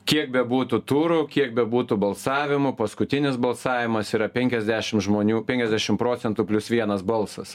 kiek bebūtų turų kiek bebūtų balsavimų paskutinis balsavimas yra penkiasdešim žmonių penkiasdešim procentų plius vienas balsas